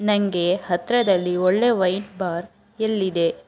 ನನಗೆ ಹತ್ತಿರದಲ್ಲಿ ಒಳ್ಳೆ ವೈನ್ ಬಾರ್ ಎಲ್ಲಿದೆ